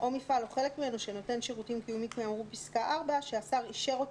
אם אתם רואים שאנחנו מפספסים משהו, תגידו.